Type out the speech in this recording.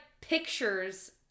pictures